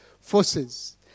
forces